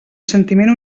sentiment